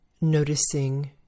noticing